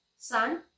Sun